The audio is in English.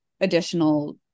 additional